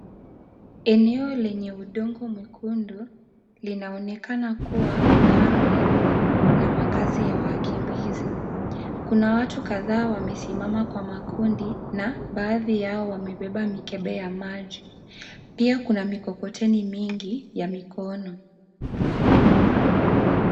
Eneo lenye udongo mwekundu, linaonekana kuwa, kambi na makazi ya wakimbizi. Kuna watu kadhaa wamesimama kwa makundi na baadhi yao wamebeba mikebe ya maji. Pia, kuna mikokoteni mingi ya mikono.